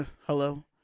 Hello